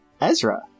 Ezra